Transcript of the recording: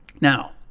Now